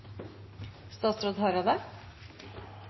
statsråd Hareide